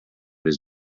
his